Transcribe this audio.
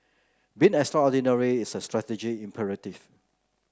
being extraordinary is a strategic imperative